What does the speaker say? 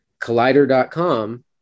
Collider.com